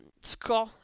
score